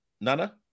Nana